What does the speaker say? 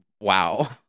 wow